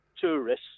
tourists